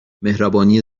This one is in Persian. مهربانی